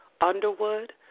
Underwood